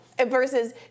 Versus